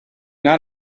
not